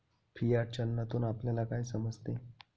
Fiat चलनातून आपल्याला काय समजते?